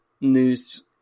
news